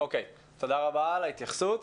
תודה רבה על ההתייחסות.